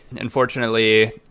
Unfortunately